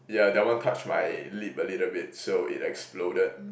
yeah that one touch my lip a little bit so it exploded